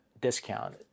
discount